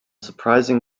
surprising